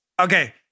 Okay